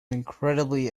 incredibly